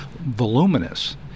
voluminous